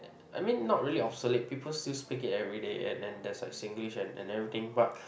I mean not really obsolete people still speak it everyday and then there's like Singlish and everything but